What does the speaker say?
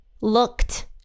looked